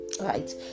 Right